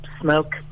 smoke